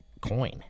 coin